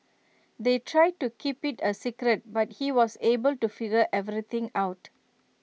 they tried to keep IT A secret but he was able to figure everything out